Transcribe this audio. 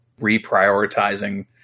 reprioritizing